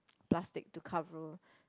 plastic to cover